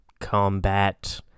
combat